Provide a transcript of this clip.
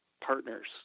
partners